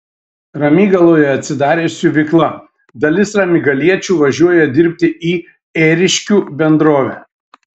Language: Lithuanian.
ramygaloje atsidarė siuvykla dalis ramygaliečių važiuoja dirbti į ėriškių bendrovę